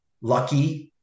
lucky